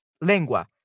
lengua